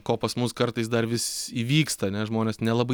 ko pas mus kartais dar vis įvyksta ane žmonės nelabai